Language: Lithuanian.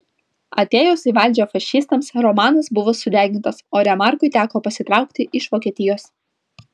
atėjus į valdžią fašistams romanas buvo sudegintas o remarkui teko pasitraukti iš vokietijos